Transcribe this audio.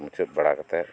ᱢᱩᱪᱟᱹᱫ ᱵᱟᱲᱟ ᱠᱟᱛᱮᱫ